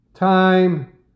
time